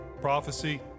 prophecy